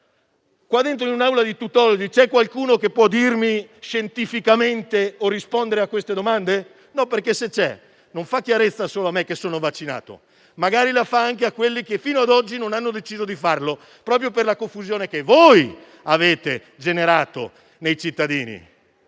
sa dire? In un'Aula di tuttologi come questa, c'è qualcuno che può scientificamente rispondere a queste domande? Se ci fosse, non farebbe chiarezza solo a me che sono vaccinato, ma anche a quelli che fino ad oggi non hanno deciso di farlo proprio per la confusione che voi avete generato nei cittadini.